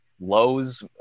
Lowe's